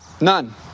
None